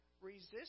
resist